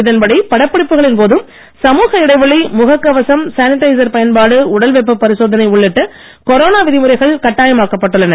இதன்படி படப்பிடிப்புகளின் போது சமூக இடைவெளி முகக் கவசம் சானிடைசர் உடல்வெப்பப் பரிசோதனை உள்ளிட்ட கொரோனா பயன்பாடு விதிமுறைகள் கட்டாயமாக்கப் பட்டுள்ளன